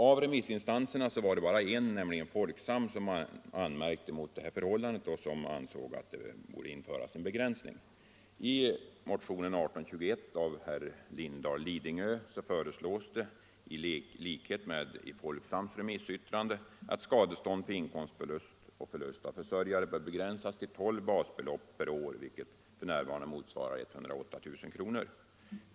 Av remissinstanserna var det bara en, nämligen Folksam, som anmärkte mot detta förhållande och ansåg att det borde införas en begränsning.